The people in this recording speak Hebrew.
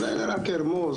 אולי אני רק ארמוז,